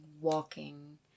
walking